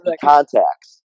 contacts